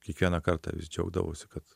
kiekvieną kartą vis džiaugdavausi kad